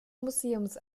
museums